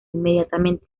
inmediatamente